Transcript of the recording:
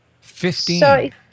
Fifteen